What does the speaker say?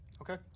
Okay